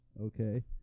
Okay